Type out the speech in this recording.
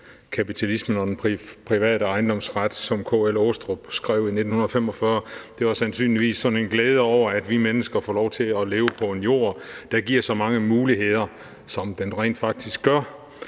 kapitalismen og den private ejendomsret, som K. L. Aastrup skrev i 1945; det var sandsynligvis sådan en glæde over, at vi mennesker får lov til at leve på en jord, der giver så mange muligheder, som den rent faktisk gør.